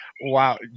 Wow